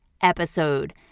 episode